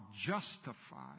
justified